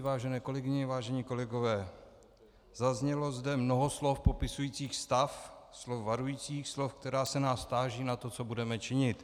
Vážené kolegyně, vážení kolegové, zaznělo zde mnoho slov popisujících stav, slov varujících, slov, která se nás táží na to, co budeme činit.